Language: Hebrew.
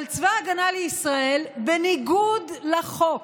אבל צבא ההגנה לישראל, בניגוד לחוק,